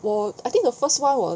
我 I think the first [one] 我